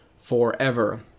forever